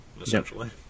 essentially